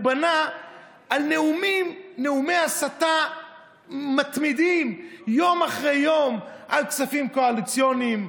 בנה על נאומי הסתה מתמידים יום אחרי יום על כספים קואליציוניים,